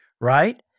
right